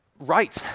right